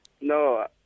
No